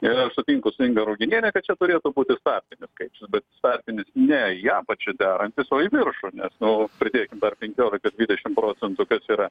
ir aš sutinku su inga ruginiene kad čia turėtų būti startinis skaičius bet startinis ne į apačią derantis o į viršų nes nu pridėkim dar penkiolika dvidešimt procentų kas yra